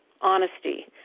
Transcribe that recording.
honesty